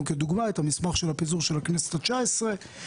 כדוגמה את המסמך של הפיזור של הכנסת ה-19.